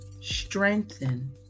strengthen